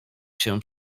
się